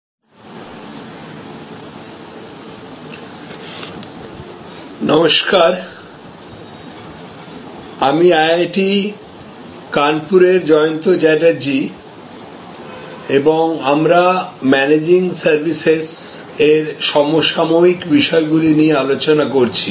hello আমি IIT কানপুরের জয়ন্ত চ্যাটার্জী এবং আমরা ম্যানেজিং সার্ভিসেস এর সমসাময়িক বিষয়গুলি নিয়ে আলোচনা করছি